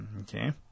Okay